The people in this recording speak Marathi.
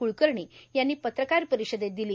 क्लकर्णी यांनी पत्रकार परिषदेत दिली